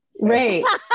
right